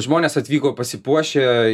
žmonės atvyko pasipuošę